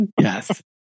yes